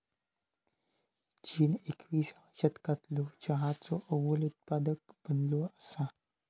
चीन एकविसाव्या शतकालो चहाचो अव्वल उत्पादक बनलो असा